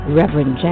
Reverend